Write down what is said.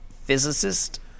physicist